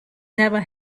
never